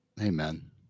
Amen